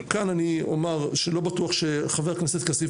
כאן אני אומר שלא בטוח שחבר הכנסת כסיף